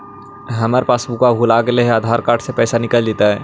हमर पासबुक भुला गेले हे का आधार कार्ड से पैसा निकल जितै?